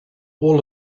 all